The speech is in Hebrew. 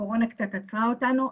הקורונה קצת עצרה אותנו,